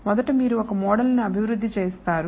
మొదట మీరు ఒక మోడల్ ను అభివృద్ధి చేస్తారు